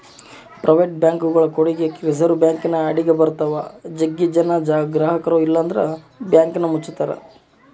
private ಬ್ಯಾಂಕ್ಗಳು ಕೂಡಗೆ reserve ಬ್ಯಾಂಕಿನ ಅಡಿಗ ಬರುತ್ತವ, ಜಗ್ಗಿ ಜನ ಗ್ರಹಕರು ಇಲ್ಲಂದ್ರ ಬ್ಯಾಂಕನ್ನ ಮುಚ್ಚುತ್ತಾರ